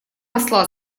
посла